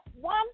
one